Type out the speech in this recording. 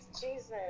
Jesus